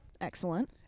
Excellent